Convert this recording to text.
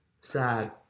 sad